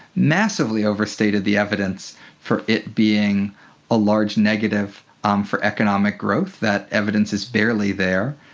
massively overstated the evidence for it being a large negative um for economic growth. that evidence is barely there.